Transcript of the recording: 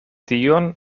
tion